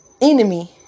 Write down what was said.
enemy